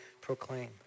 proclaim